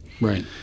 Right